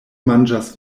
manĝas